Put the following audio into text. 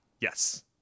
Yes